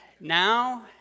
now